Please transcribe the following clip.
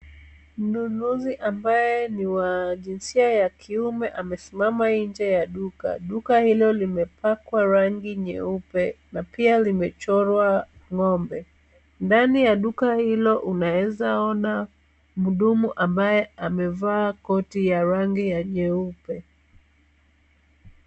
Mnunuzi ambaye ni wa jinsia ya kiume amesimama nje ya duka. Duka hilo limepakwa rangi nyeupe na pia limechorwa ng'ombe .Ndani ya duka hilo, unaeza ona mhudumu ambaye amevaa koti ya rangi ya nyeupe.